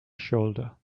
shoulder